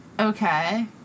Okay